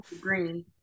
green